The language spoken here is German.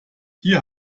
hier